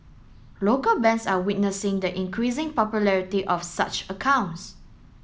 local banks are witnessing the increasing popularity of such accounts